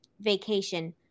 vacation